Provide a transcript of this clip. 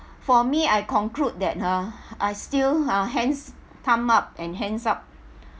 for me I conclude that ha I still ha hands thumb up and hands up